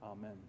amen